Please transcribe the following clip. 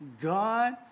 God